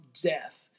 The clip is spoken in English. death